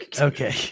Okay